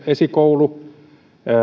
esikoulu